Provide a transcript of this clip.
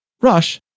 Rush